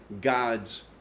god's